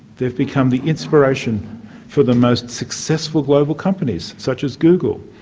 they have become the inspiration for the most successful global companies, such as google,